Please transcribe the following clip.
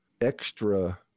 extra